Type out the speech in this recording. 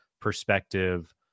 perspective